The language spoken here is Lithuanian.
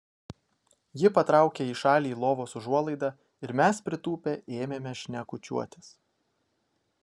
ji patraukė į šalį lovos užuolaidą ir mes pritūpę ėmėme šnekučiuotis